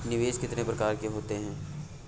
निवेश कितनी प्रकार के होते हैं?